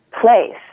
place